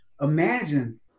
imagine